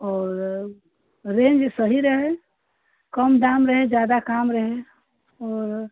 और रेंज सही रहे कम दाम रहे ज्यादा काम रहे और